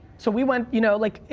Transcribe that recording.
so we went, you know, like,